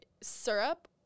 syrup